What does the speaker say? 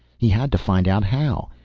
he had to find out how.